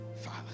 Father